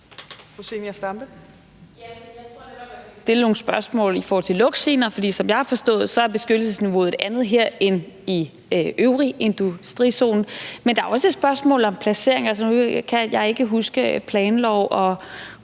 man skal stille nogle spørgsmål i forhold til lugtgener, for som jeg har forstået det, er beskyttelsesniveauet et andet her end i den øvrige industrizone. Men der er også et spørgsmål om placering. Nu kan jeg ikke huske planloven og